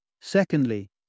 Secondly